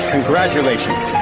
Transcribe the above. Congratulations